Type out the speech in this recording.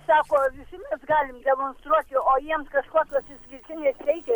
sako visi mes galim demonstruot jo o jiems kažkokios išskirtinės teisė